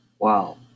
Wow